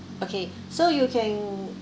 okay so you can